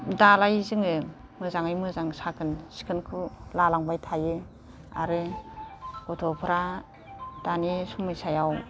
दालाय जोङो मोजाङै मोजां साखोन सिखोनखौ लालांबाय थायो आरो गथ'फ्रा दानि समयसायाव